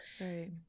right